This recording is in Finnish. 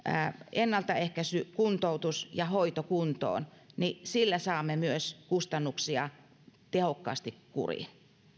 ennaltaehkäisy kuntoutus ja hoito kuntoon niin sillä saamme myös kustannuksia tehokkaasti kuriin